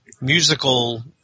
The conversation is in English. musical